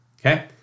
Okay